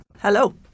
Hello